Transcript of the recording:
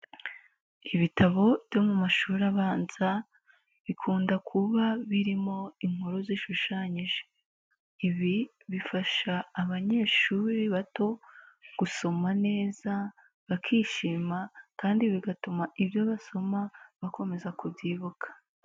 Ibitabo byo mu mashuri abanza bikunda kuba birimo inkuru zishushanyije, ibi bifasha abanyeshuri bato gusoma neza bakishima kandi bigatuma ibyo basoma bakomeza kubyibuka.